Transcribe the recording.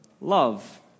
love